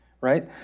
Right